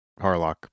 Harlock